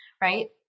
right